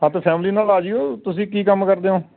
ਹਾਂ ਅਤੇ ਫੈਮਲੀ ਨਾਲ ਆ ਜਿਓ ਤੁਸੀਂ ਕੀ ਕੰਮ ਕਰਦੇ ਹੋ